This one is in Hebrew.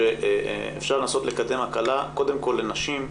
שאפשר לנסות לקדם הקלה קודם כל לנשים.